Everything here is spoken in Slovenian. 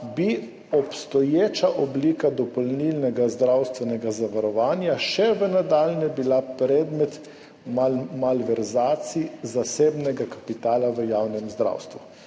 bi obstoječa oblika dopolnilnega zdravstvenega zavarovanja še v nadaljnje bila predmet malverzacij zasebnega kapitala v javnem zdravstvu.